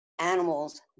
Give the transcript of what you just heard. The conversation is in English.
animals